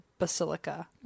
Basilica